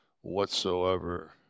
whatsoever